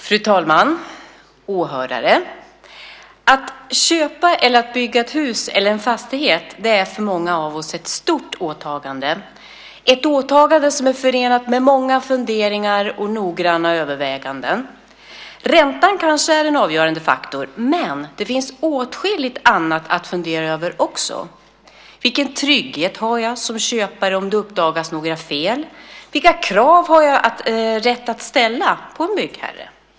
Fru talman! Åhörare! Att köpa eller att bygga ett hus eller en fastighet är för många av oss ett stort åtagande. Det är ett åtagande som är förenat med många funderingar och noggranna överväganden. Räntan är kanske en avgörande faktor, men det finns åtskilligt annat att fundera över också. Vilken trygghet har jag som köpare om det uppdagas några fel? Vilka krav har jag rätt att ställa på en byggherre?